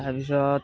তাৰপিছত